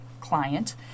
client